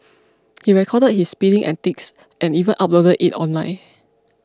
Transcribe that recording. he recorded his speeding antics and even uploaded it online